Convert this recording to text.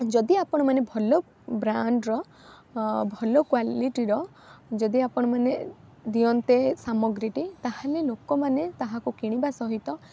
ଯଦି ଆପଣମାନେ ଭଲ ବ୍ରାଣ୍ଡ୍ର ଭଲ କ୍ୱାଲିଟ୍ର ଯଦି ଆପଣମାନେ ଦିଅନ୍ତେ ସାମଗ୍ରୀଟି ତା'ହେଲେ ଲୋକମାନେ ତାହାକୁ କିଣିବା ସହିତ